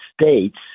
States